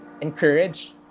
encourage